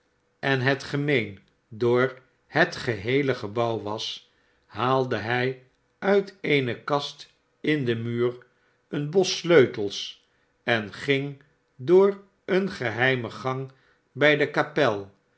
en het gemeen door het geheele gebouw was haalde hij uit eene kast in den muur een bos sleutels en ging door een geheimen gang bij de kapel